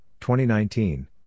2019